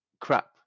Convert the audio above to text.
crap